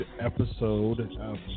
episode